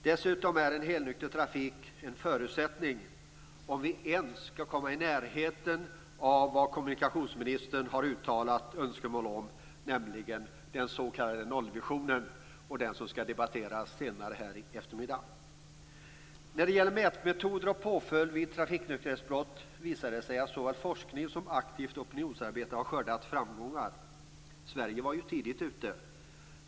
Dessutom är en helnykter trafik en förutsättning om vi ens skall komma i närheten av vad kommunikationsministern har uttalat önskemål om, nämligen den s.k. nollvisionen, som skall debatteras senare här i eftermiddag. När det gäller mätmetoder och påföljder vid trafiknykterhetsbrott visar det sig att såväl forskning som aktivt opinionsarbete har skördat framgångar. Sverige var ju tidigt ute.